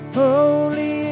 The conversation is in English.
holy